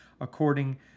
according